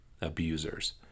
abusers